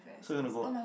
so you want to go